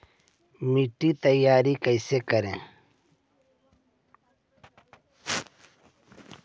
मिट्टी तैयारी कैसे करें?